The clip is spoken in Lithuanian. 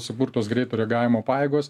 suburtos greito reagavimo pajėgos